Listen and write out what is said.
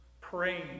Praying